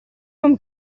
non